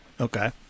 Okay